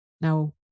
Now